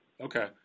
okay